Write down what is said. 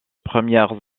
premières